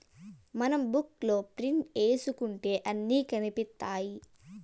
మనం బుక్ లో ప్రింట్ ఏసుకుంటే అన్ని కనిపిత్తాయి